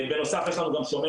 בנוסף יש לנו גם שומר,